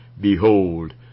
Behold